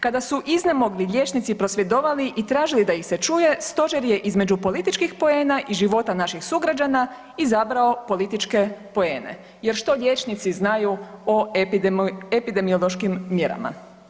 Kada su iznemogli liječnici prosvjedovali i tražili da ih se čuje stožer je između političkih poena i života naših sugrađana izabrao političke poene jer što liječnici znaju o epidemiološkim mjerama.